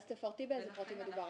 תפרטי באיזה פרטים מדובר.